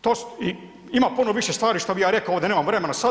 To su, ima puno više stvari šta bi ja rekao ovdje, nemam vremena sada.